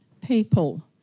people